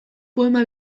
poema